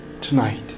tonight